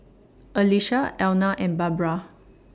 Alesha Elna and Barbra